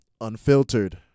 Unfiltered